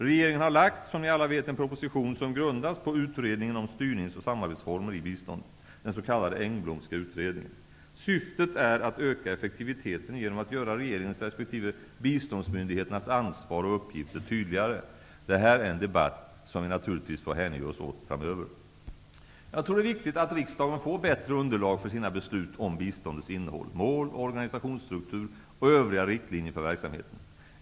Regeringen har lagt fram en proposition som grundas på utredningen om styrnings och samarbetsformer i biståndet, den s.k. Engblomska utredningen. Syftet är att öka effektiviteten genom att göra regeringens resp. biståndsmyndigheternas ansvar och uppgifter tydligare. Det här är en debatt som vi naturligtvis får hänge oss åt framöver. Jag tror att det är viktigt att riksdagen får bättre underlag för sina beslut om biståndets innehåll, mål, organisationsstruktur och övriga riktlinjer för verksamheten.